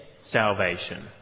salvation